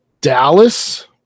Dallas